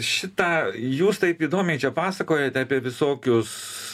šitą jūs taip įdomiai čia pasakojate apie visokius